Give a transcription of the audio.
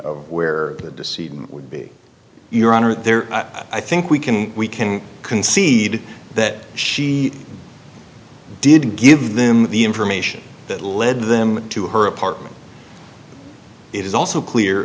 where the cd would be your honor there i think we can we can concede that she did give them the information that led them to her apartment it is also clear